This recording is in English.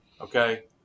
Okay